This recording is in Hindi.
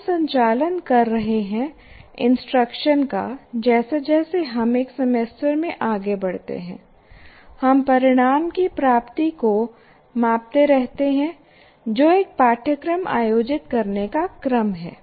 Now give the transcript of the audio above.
हम संचालन कर रहे हैं इंस्ट्रक्शन का जैसे जैसे हम एक सेमेस्टर में आगे बढ़ते हैं हम परिणाम की प्राप्ति को मापते रहते हैं जो एक पाठ्यक्रम आयोजित करने का क्रम है